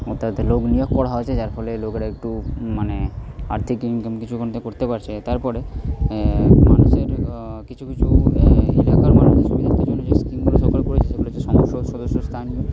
অর্থাৎ লোক নিয়োগ করা হচ্ছে যার ফলে লোকরা একটু মানে আর্থিক ইনকাম কিছু ওখান থেকে করতে পারছে তারপরে মানুষের কিছু কিছু এলাকার মানুষ